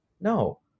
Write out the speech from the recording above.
no